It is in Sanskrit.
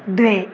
द्वे